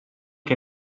che